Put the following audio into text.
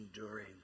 enduring